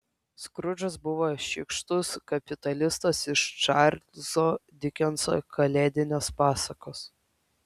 skrudžas buvo šykštus kapitalistas iš čarlzo dikenso kalėdinės pasakos